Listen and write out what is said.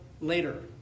later